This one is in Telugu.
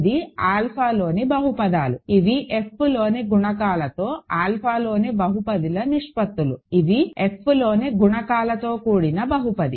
ఇది ఆల్ఫాలోని బహుపదాలు ఇవి Fలోని గుణకాలతో ఆల్ఫాలోని బహుపదిల నిష్పత్తులు ఇవి Fలోని గుణకాలతో కూడిన బహుపది